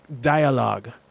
dialogue